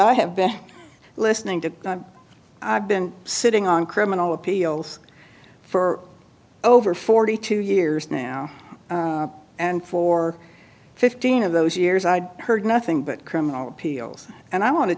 i have been listening to i've been sitting on criminal appeals for over forty two years now and for fifteen of those years i heard nothing but criminal appeals and i want to